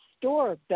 store